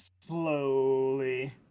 Slowly